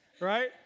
right